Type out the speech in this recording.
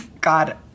God